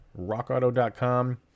rockauto.com